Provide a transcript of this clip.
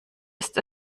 ist